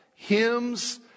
Hymns